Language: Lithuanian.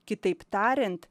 kitaip tariant